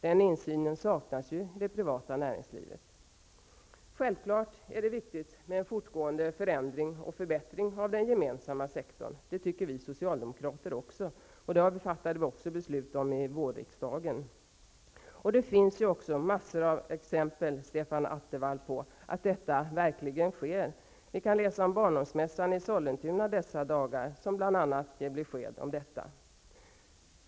Den insynen saknas i det privata näringslivet. Självklart är det viktigt med en fortgående förändring och förbättring av den gemensamma sektorn. Det tycker också vi socialdemokrater, och det fattade riksdagen beslut om i våras. Det finns en mängd exempel, Stefan Attefall, på att detta verkligen sker. Bl.a. ger barnomsorgsmässan i Sollentuna besked om detta i dessa dagar.